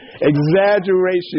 Exaggeration